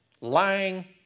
lying